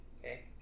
Okay